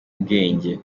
ubwenge